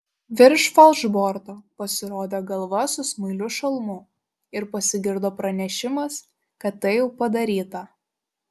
virš falšborto pasirodė galva su smailiu šalmu ir pasigirdo pranešimas kad tai jau padaryta